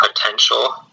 potential